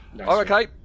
Okay